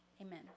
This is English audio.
Amen